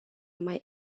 mai